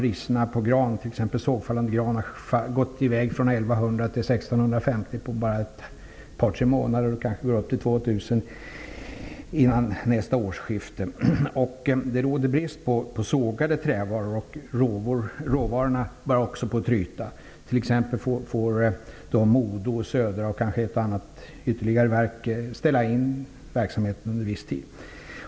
Priserna på t.ex. sågfallande gran har höjts från 1 100 kr till 1 650 kr på bara ett par tre månader, och före nästa årsskifte kan det kanske gå upp till 2 000 kr. Det råder också brist på sågade trävaror. Råvarorna börjar att tryta. Modo, Södra skogsägarna och kanske ytterligare bolag får kanske ställa in verksamheten under viss tid.